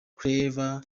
clever